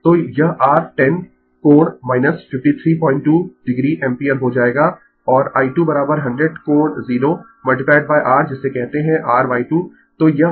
तो यह r 10 कोण 532 o एम्पीयर हो जाएगा और I 2 100 कोण 0 r जिसे कहते है r Y 2